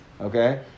okay